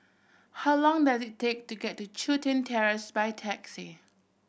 how long does it take to get to Chun Tin Terrace by taxi